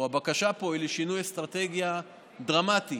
הבקשה פה היא לשינוי אסטרטגיה דרמטי